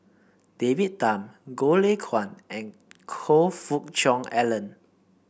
David Tham Goh Lay Kuan and Choe Fook Cheong Alan